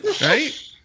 right